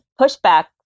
pushback